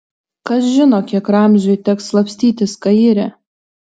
kas žino kiek ramziui teks slapstytis kaire